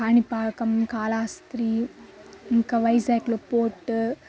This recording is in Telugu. కాణిపాకం కాళహస్తి ఇంకా వైజాగ్లో పోర్ట్